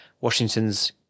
Washington's